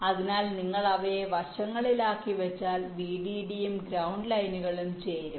അതിനാൽ നിങ്ങൾ അവയെ വശങ്ങളിലായി വെച്ചാൽ വിഡിഡിയും ഗ്രൌണ്ട് ലൈനുകളും ചേരും